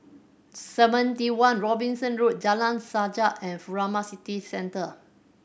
Seventy One Robinson Road Jalan Sajak and Furama City Centre